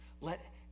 let